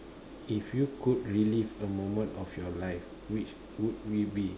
if you could relive a moment of your life which would it be